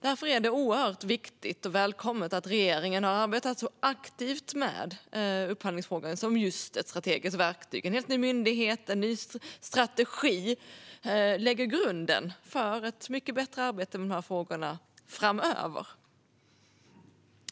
Därför är det oerhört viktigt och välkommet att regeringen har arbetat aktivt med upphandling som ett strategiskt verktyg. En helt ny myndighet, en ny strategi, lägger grunden för ett mycket bättre arbete med frågorna framöver.